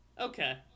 Okay